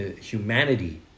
humanity